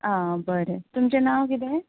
आं बरें तुमचें नांव कितें